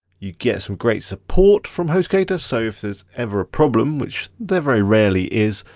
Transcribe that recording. you get some great support from hostgator, so if there's ever a problem, which there very rarely is.